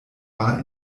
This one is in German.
war